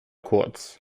kurz